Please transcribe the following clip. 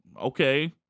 Okay